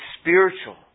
spiritual